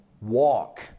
walk